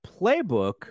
playbook